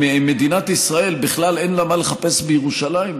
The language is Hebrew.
אם למדינת ישראל בכלל אין מה לחפש בירושלים,